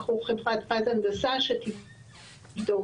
לקחו חברת בת הנדסה כדי לבדוק.